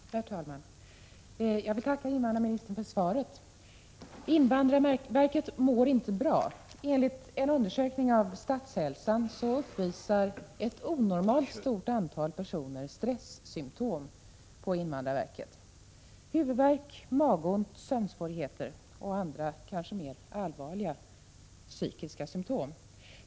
Herr talman! Jag vill tacka invandrarministern för svaret. Invandrarverket mår inte bra. Enligt en undersökning av Statshälsan uppvisar ett onormalt stort antal personer på invandrarverket stressymptom: huvudvärk, magont, sömnsvårigheter och andra, kanske mer allvarliga, psykiska symptom.